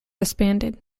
disbanded